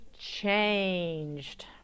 changed